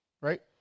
Right